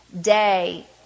day